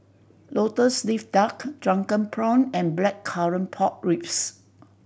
Lotus Leaf Duck drunken prawn and Blackcurrant Pork Ribs